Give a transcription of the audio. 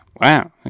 Wow